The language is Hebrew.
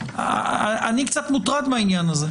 אני קצת מוטרד מהעניין הזה.